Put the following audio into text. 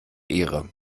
ehre